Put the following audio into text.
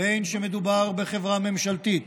בין שמדובר בחברה ממשלתית